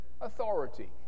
authority